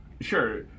Sure